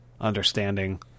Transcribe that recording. understanding